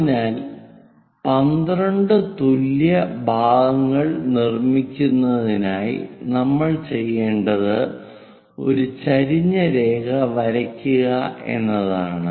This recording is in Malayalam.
അതിനാൽ 12 തുല്യ ഭാഗങ്ങൾ നിർമിക്കുന്നതിനായി നമ്മൾ ചെയ്യേണ്ടത് ഒരു ചെരിഞ്ഞ രേഖ വരയ്ക്കുക എന്നതാണ്